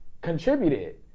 contributed